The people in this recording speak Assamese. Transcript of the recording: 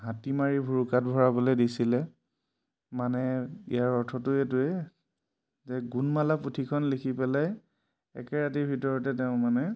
হাতী মাৰি ভূৰুকাত ভৰাবলৈ দিছিলে মানে ইয়াৰ অৰ্থটো এইটোৱে যে গুণমালা পুথিখন লিখি পেলাই একে ৰাতিৰ ভিতৰতে তেওঁ মানে